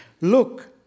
Look